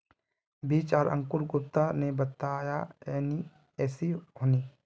बीज आर अंकूर गुप्ता ने बताया ऐसी होनी?